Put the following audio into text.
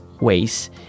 ways